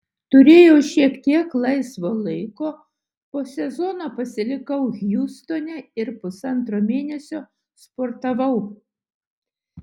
turėjau šiek tiek laisvo laiko po sezono pasilikau hjustone ir pusantro mėnesio sportavau